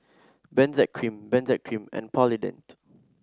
Benzac Cream Benzac Cream and Polident